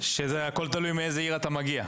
הכל תלוי מאיזו עיר אתה מגיע.